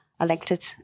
Elected